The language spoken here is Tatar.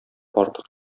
артык